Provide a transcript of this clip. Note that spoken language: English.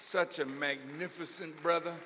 such a magnificent brother